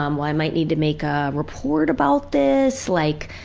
um i might need to make a report about this. like,